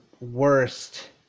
worst